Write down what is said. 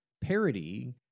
parody